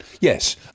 Yes